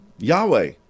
Yahweh